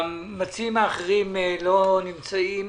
המציעים האחרים עדיין לא נמצאים.